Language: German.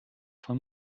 von